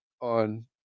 on